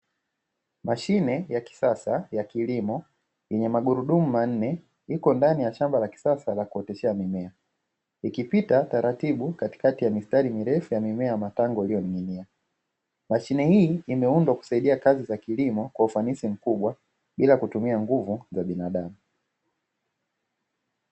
Mashine ya kisasa ya kilimo, yenye magurudumu manne iko ndani ya shamba la kisasa la kuotesha mimea ikipita taratibu katikati ya mistari mirefu ya mimea ya matango iliyomea, mashine hii imeundwa kusaidia kazi za kilimo kwa ufanisi mkubwa bila kutumia nguvu za binadamu.